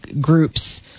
groups